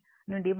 నుండి 42